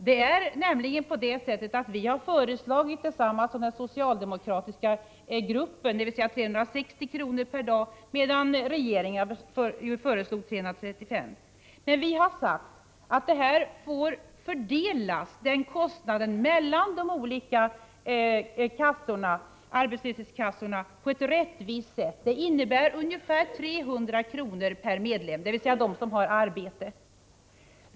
Vi har nämligen föreslagit detsamma som den socialdemokratiska gruppen, dvs. 360 kr. per dag, medan regeringen föreslog 335 kr. Men vi har sagt att den kostnaden får fördelas mellan de olika arbetslöshetskassorna på ett rättvist sätt. Det innebär ungefär 300 kr. per medlem som har arbete.